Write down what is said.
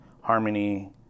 harmony